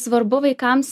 svarbu vaikams